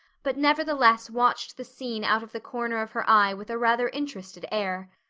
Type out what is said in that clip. but nevertheless watched the scene out of the corner of her eye with a rather interested air.